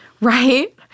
right